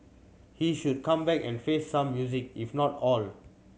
he should come back and face some music if not all